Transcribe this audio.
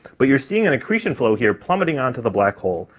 but you're seeing an accretion flow here plummeting onto the black hole,